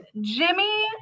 Jimmy